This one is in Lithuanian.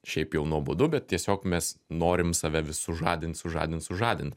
šiaip jau nuobodu bet tiesiog mes norim save vis sužadinti sužadint sužadinti